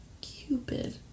Cupid